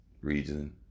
reason